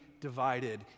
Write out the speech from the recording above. divided